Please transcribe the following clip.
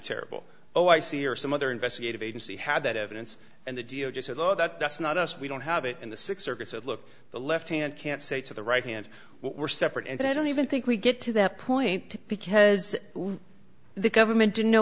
terrible oh i see or some other investigative agency had that evidence and the d o j said law that that's not us we don't have it and the six circuits that look the left hand can't say to the right hand we're separate and so i don't even think we get to that point because the government didn't know